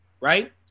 right